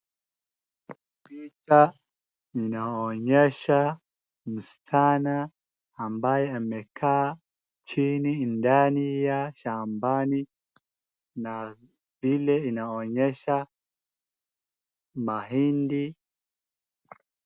Picha inaonyesha msichana ambaye amekaa chini ndani ya shambani, na pili inaonyesha mahindi.